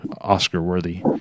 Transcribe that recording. Oscar-worthy